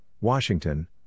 Washington